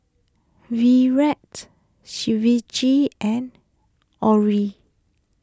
Virat Shivaji and Alluri